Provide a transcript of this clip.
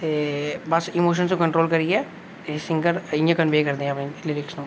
बस emotion control करियै एह् singer इंया कन्वे करदे अपने लिरिक्स नू